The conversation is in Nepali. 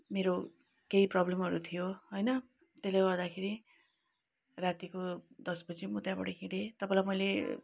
मेरो केही प्रबलमहरू थियो होइन त्यसले गर्दाखेरि रातिको दस बजी म त्यहाँबाट हिडेँ तपाईँलाई मैले